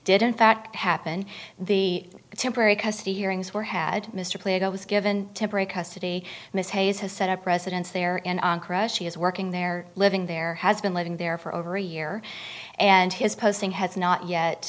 fact happen the temporary custody hearings were had mr plato was given temporary custody miss hayes has set up residence there and she is working there living there has been living there for over a year and his posting has not yet